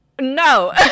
No